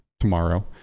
tomorrow